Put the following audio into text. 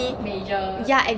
major